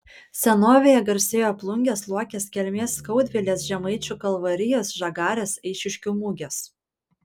senovėje garsėjo plungės luokės kelmės skaudvilės žemaičių kalvarijos žagarės eišiškių mugės